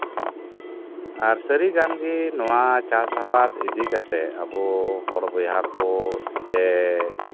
ᱟᱨ ᱥᱟᱹᱨᱤ ᱠᱟᱱᱜᱮ ᱱᱚᱶᱟ ᱪᱟᱥ ᱟᱵᱟᱫ ᱤᱫᱤ ᱠᱟᱛᱮᱫ ᱟᱵᱚ ᱵᱚᱭᱦᱟ ᱠᱚ ᱡᱮ